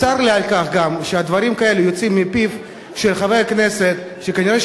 צר לי גם על כך שדברים כאלה יוצאים מפיו של חבר כנסת שכנראה הוא